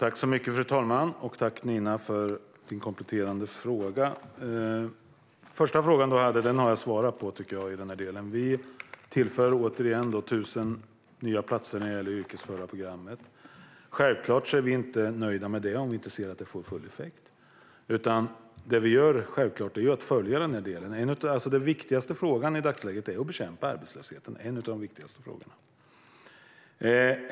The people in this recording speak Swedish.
Fru talman! Tack, Nina, för din kompletterande fråga! Den första frågan tycker jag att jag har svarat på. Återigen: Vi tillför 1 000 nya platser till yrkesförarprogrammet. Självklart är vi inte nöjda med det om vi inte ser att det får full effekt, utan det vi gör är att följa frågan i den delen. En av de viktigaste frågorna i dagsläget är att bekämpa arbetslösheten.